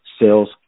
sales